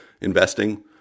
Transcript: investing